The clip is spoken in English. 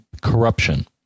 corruption